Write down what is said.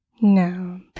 No